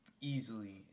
easily